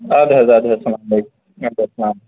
اَدٕ حظ اَدٕ حظ سلام علیکُم والیکُم سلام